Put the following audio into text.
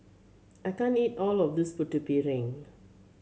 I can't eat all of this Putu Piring